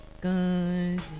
guns